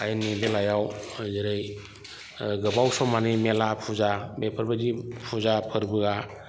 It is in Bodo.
आइननि बेलायाव जेरै गोबाव समनि मेला फुजा बेफोरबायदि फुजा फोरबोआ